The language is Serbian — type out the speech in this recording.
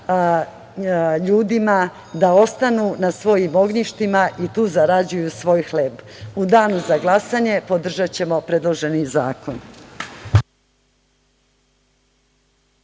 ljudima da ostanu na svojim ognjištima i tu zarađuju svoj hleb.U danu za glasanje, podržaćemo predloženi zakon.